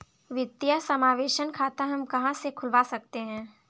वित्तीय समावेशन खाता हम कहां से खुलवा सकते हैं?